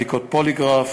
בדיקות פוליגרף,